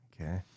Okay